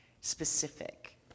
specific